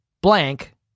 blank